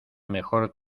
mejor